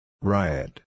Riot